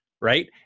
right